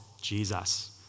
Jesus